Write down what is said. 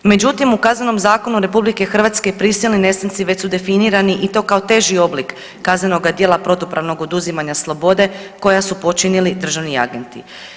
Međutim, u Kaznenom zakonu Republike Hrvatske prisilni nestanci već su definirani i to kao teži oblik kaznenoga djela protupravnog oduzimanja slobode koja su počinili državni agenti.